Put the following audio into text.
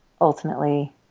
ultimately